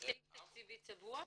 עם סעיף תקציבי צבוע?